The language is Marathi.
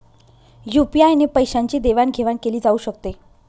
यु.पी.आय ने पैशांची देवाणघेवाण केली जाऊ शकते